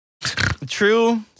True